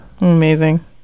amazing